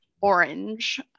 orange